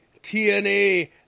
TNA